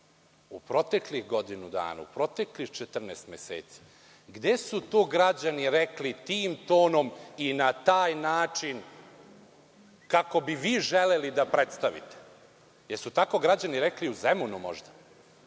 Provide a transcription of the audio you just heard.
u proteklih godinu dana, u proteklih 14 meseci, gde su to građani rekli tim tonom i na taj način kako bi vi želeli da predstavite, jel su tako građani rekli u Zemunu možda?